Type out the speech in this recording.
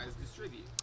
distribute